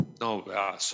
no